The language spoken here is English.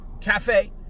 Cafe